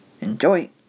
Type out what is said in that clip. enjoy